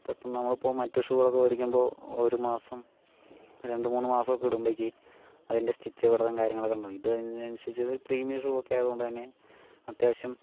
പെട്ടന്ന് നമ്മളിപ്പോൾ മറ്റേ ഷൂകളൊക്കെ മേടിക്കുമ്പോൾ ഒരു മാസം രണ്ട് മൂന്ന് മാസം ഇടുമ്പോളേക്ക് അതിൻ്റെ സ്റ്റിച്ചുകളും കാര്യങ്ങളുമൊക്കെ ഉണ്ടാകും ഇത് തന്നെ അനുസരിച്ച് പ്രീമിയം ഷൂവൊക്കെ ആയത് കൊണ്ട് തന്നെ അത്യാവശ്യം